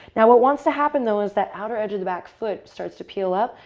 now what wants to happen though is that outer edge of the back foot starts to peel up,